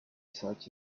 such